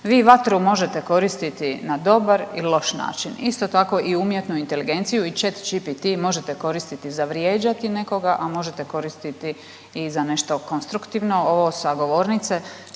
Vi vatru možete koristiti na dobar i loš način, isto tako i umjetnu inteligenciju i ChatGPT možete koristiti za vrijeđati nekoga, a možete koristiti i za nešto konstruktivno, ovo sa govornice